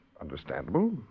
understandable